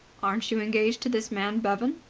aren't you engaged to this man bevan?